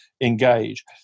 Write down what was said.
Engage